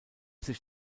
sich